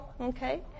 Okay